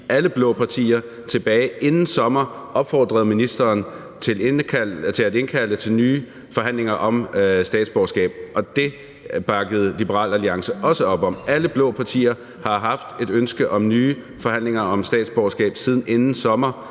alle blå partier, tilbage inden sommer opfordrede ministeren til at indkalde til nye forhandlinger om statsborgerskab, og det bakkede Liberal Alliance også op om. Alle blå partier har haft et ønske om nye forhandlinger om statsborgerskab siden inden sommer,